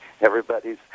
everybody's